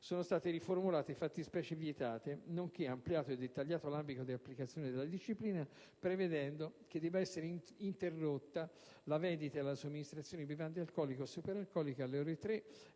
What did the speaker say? sono state riformulate le fattispecie vietate ed è stato ampliato e dettagliato l'ambito di applicazione della disciplina, prevedendo che debba essere interrotta la vendita e la somministrazione di bevande alcoliche e superalcoliche alle ore 3